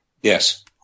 yes